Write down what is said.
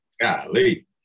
Golly